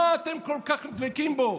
מה אתם כל כך דבקים בו?